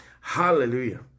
hallelujah